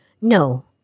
No